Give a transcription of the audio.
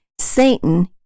Satan